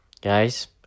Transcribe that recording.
guys